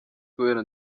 kubera